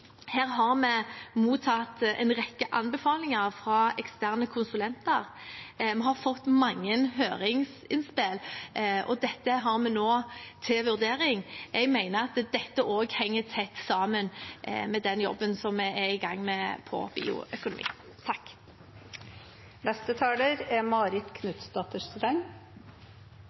Her har vi mottatt en rekke anbefalinger fra eksterne konsulenter. Vi har fått mange høringsinnspill, og dette har vi nå til vurdering. Jeg mener at dette også henger tett sammen med den jobben vi er i gang med når det gjelder bioøkonomi. Jeg er